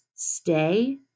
stay